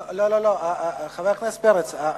לא, לא, חבר הכנסת פרץ.